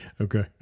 Okay